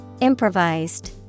Improvised